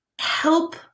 help